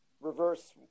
reverse